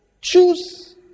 choose